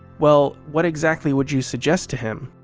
well, what exactly would you suggest to him?